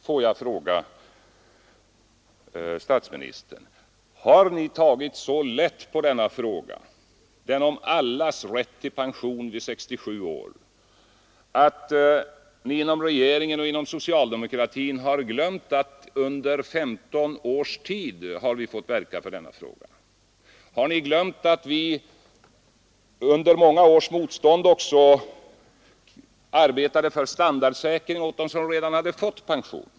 Får jag fråga statsministern: Har regeringen och socialdemokraterna tagit så lätt på frågan om allas rätt till pension vid 65 års ålder att ni glömt att vi har fått verka för denna sak i 15 års tid? Har ni också glömt att vi under många års motstånd från er arbetade för en standardsäkring åt dem som redan hade fått pension?